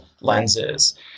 lenses